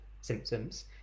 symptoms